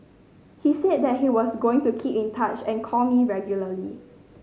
he said that he was going to keep in touch and call me regularly